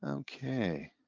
okay,